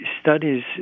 studies